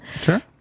Sure